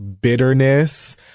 bitterness